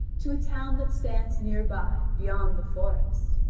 to a town that stands near by, beyond the forest.